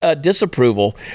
disapproval